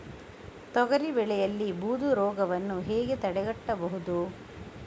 ತೊಗರಿ ಬೆಳೆಯಲ್ಲಿ ಬೂದು ರೋಗವನ್ನು ಹೇಗೆ ತಡೆಗಟ್ಟಬಹುದು?